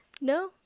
No